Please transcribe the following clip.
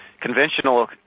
conventional